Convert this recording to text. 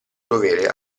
dovere